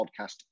podcast